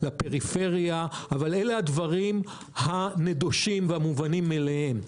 לפריפריה אבל אלה הדברים הנדושים והמובנים מאליהם.